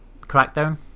Crackdown